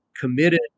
committed